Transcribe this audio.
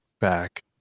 back